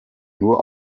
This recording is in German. nur